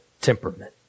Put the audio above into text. temperament